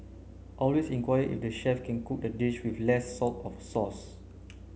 always inquire if the chef can cook the dish with less salt of sauce